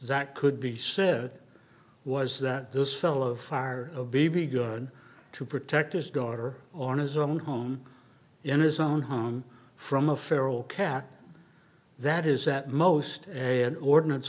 that could be said was that this fellow far a b b gun to protect his daughter or his own home in his own home from a feral cat that is at most an ordinance